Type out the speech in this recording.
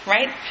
Right